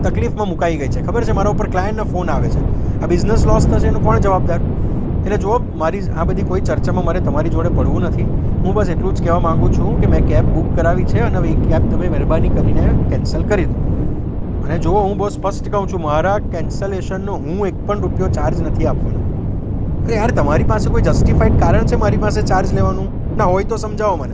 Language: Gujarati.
તકલીફમાં મૂકાઇ ગઈ છે ખબર છે મારા ઉપર ક્લાયન્ટના ફોન આવે છે આ બિઝનસ લોસ થશે એનું કોણ જવાબદાર એટલે જૂઓ મારી આ બધી કોઈ ચર્ચામાં મારે તમારી જોડે પડવું નથી હું બસ એટલું જ કહેવા માગું છું કે મેં કેબ કરાવી છે અને હવે એ કેબ તમે મહેરબાની કરીને કેન્સલ કરી દો અને જો હું બહુ સ્પષ્ટ કહું છું મારા કેન્સલેશનનો હું એક પણ રૂપિયો ચાર્જ નથી આપવાનો અરે યાર તમારી પાસે કોઈ જસ્ટિફાઈડ કારણ છે મારી પાસે ચાર્જ લેવાનું ના હોય તો સમજાવો મને